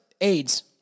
AIDS